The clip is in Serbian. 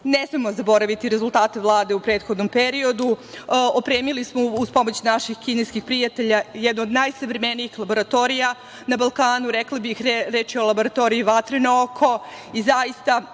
smemo zaboraviti rezultate Vlade u prethodnom periodu. Opremili smo uz pomoć naših kineskih prijatelja jednu od najsavremenijih laboratorija na Balkanu, rekla bih. Reč je o laboratoriji "Vatreno oko" i zaista